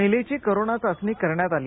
महिलेची कोरोना चाचणी करण्यात आली